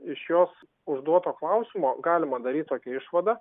iš jos užduoto klausimo galima daryt tokią išvadą